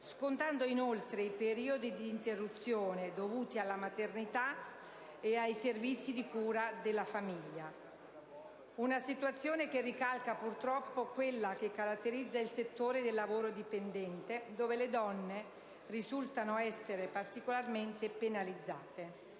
scontando inoltre i periodi di interruzione dovuti alla maternità e ai servizi di cura della famiglia. Una situazione che ricalca purtroppo quella che caratterizza il settore del lavoro dipendente, dove le donne risultano essere particolarmente penalizzate.